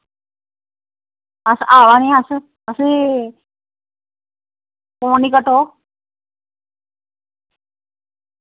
अस अवा ने अस असें फोन नी कट्टो